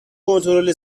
کنترل